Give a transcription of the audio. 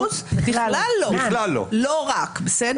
לא רק, בסדר?